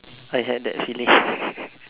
I had that feeling